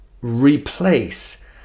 replace